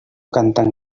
canten